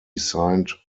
signed